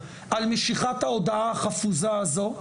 על משיכת ההודעה החפוזה הזאת.